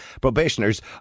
probationers